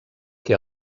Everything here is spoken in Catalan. què